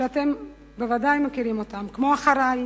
שאתם בוודאי מכירים אותם, כמו "אחרי",